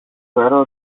φέρω